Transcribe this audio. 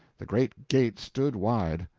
the great gate stood wide,